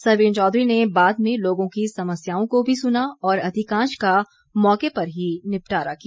सरवीन चौधरी ने बाद में लोगों की समस्याओं को भी सुना और अधिकांश का मौके पर ही निपटारा किया